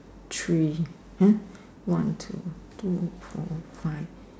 three one two four five